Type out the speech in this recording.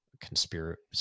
conspiracy